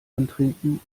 antrinken